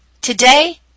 Today